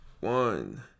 one